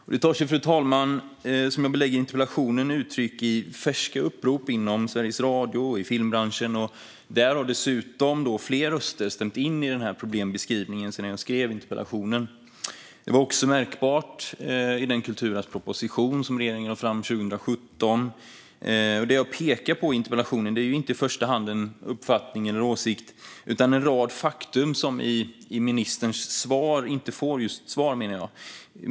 Detta tar sig, fru talman, som jag belägger i interpellationen uttryck i färska upprop vid Sveriges Radio och inom filmbranschen. Där har dessutom fler röster stämt in i denna problembeskrivning sedan jag skrev interpellationen. Det var också märkbart i den kulturarvsproposition som regeringen lade fram 2017. Det jag pekar på i interpellationen är inte i första hand en uppfattning eller en åsikt utan en rad faktum som, menar jag, inte besvaras i ministerns svar.